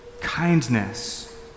kindness